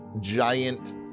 giant